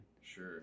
sure